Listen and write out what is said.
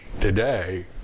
today